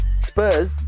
Spurs